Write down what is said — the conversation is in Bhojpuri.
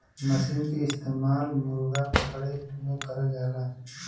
मसीन के इस्तेमाल मुरगा पकड़े में करल जाला